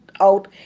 out